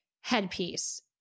headpiece